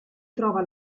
trova